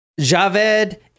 Javed